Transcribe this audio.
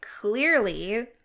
clearly